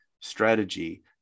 strategy